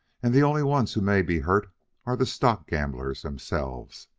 and the only ones who may be hurt are the stock gamblers themselves.